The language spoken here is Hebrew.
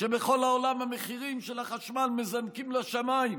כשבכל העולם המחירים של החשמל מזנקים לשמיים,